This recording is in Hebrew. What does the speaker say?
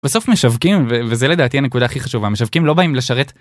בסוף משווקים וזה לדעתי הנקודה הכי חשובה משווקים לא באים לשרת.